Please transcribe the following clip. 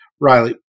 Riley